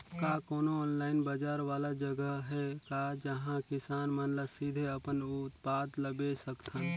का कोनो ऑनलाइन बाजार वाला जगह हे का जहां किसान मन ल सीधे अपन उत्पाद ल बेच सकथन?